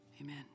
Amen